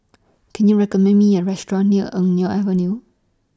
Can YOU recommend Me A Restaurant near Eng Neo Avenue